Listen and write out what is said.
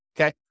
Okay